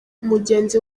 mugenzi